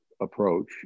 approach